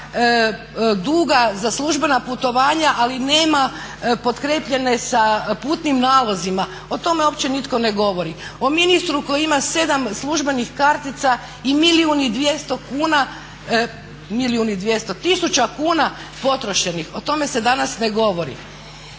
tisuća duga za službena putovanja ali nema potkrijepljene sa putnim nalozima o tome uopće nitko ne govori. O ministru koji ima 7 službenih kartica i 1 milijun i 200 tisuća kuna potrošenih? O tome se danas ne govori.